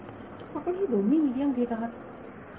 विद्यार्थी सर आपण ही दोन्ही मिडीयम घेत आहात